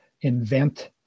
invent